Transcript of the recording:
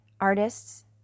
artists